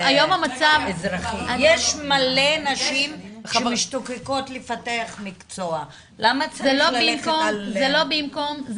יש מלא נשים שמשתוקקות לפתח מקצוע למה צריך --- זה לא במקום,